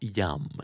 yum